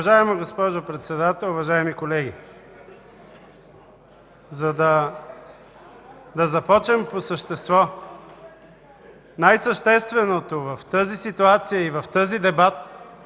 Уважаема госпожо Председател, уважаеми колеги! Да започнем по същество. Най-същественото в тази ситуация и в този дебат